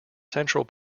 central